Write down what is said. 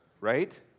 right